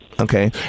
Okay